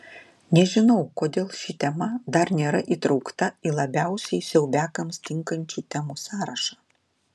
nežinau kodėl ši tema dar nėra įtraukta į labiausiai siaubiakams tinkančių temų sąrašą